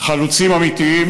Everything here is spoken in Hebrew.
חלוצים אמיתיים,